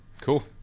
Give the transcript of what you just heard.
cool